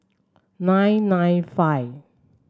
nine nine five